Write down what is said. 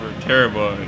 terrible